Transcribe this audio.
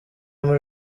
muri